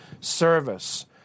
service